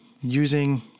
using